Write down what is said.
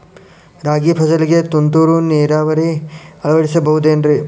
ರಾಗಿ ಫಸಲಿಗೆ ತುಂತುರು ನೇರಾವರಿ ಅಳವಡಿಸಬಹುದೇನ್ರಿ?